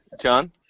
John